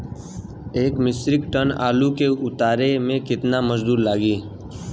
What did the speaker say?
एक metric tonne आलू के उतारे मे कितना मजदूर लागि?